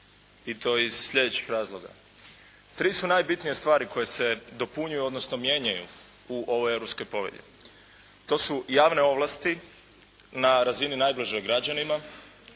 i to iz slijedećih razloga. Tri su najbitnije stvari koje se dopunjuju odnosno mijenjaju u ovoj Europskoj povelji. To su javne ovlasti na razini najbližoj građanima,